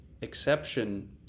exception